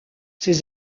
ses